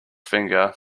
finger